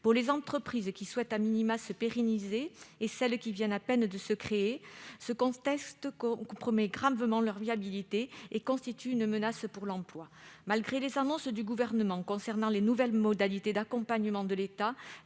Pour les entreprises qui souhaitent se pérenniser et celles qui viennent à peine de se créer, ce contexte compromet gravement leur viabilité et constitue une menace pour l'emploi. Malgré les annonces du Gouvernement concernant les nouvelles modalités d'accompagnement de l'État,